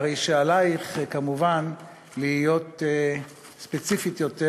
הרי שעלייך כמובן להיות ספציפית יותר